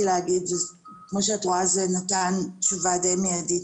כמו שאת רואה, זה נתן תשובה די מיידית.